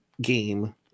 game